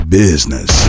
business